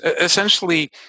essentially